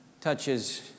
touches